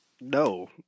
no